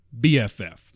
BFF